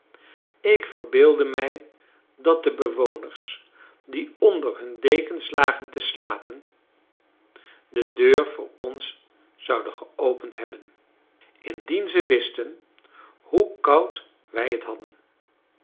ik verbeeldde mij dat de bewoners die onder hun dekens lagen te slapen de deur voor ons zouden geopend hebben indien ze wisten hoe koud wij het hadden